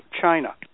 China